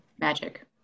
magic